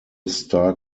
star